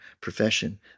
profession